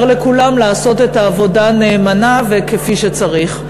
לכולם לעשות את העבודה נאמנה וכפי שצריך.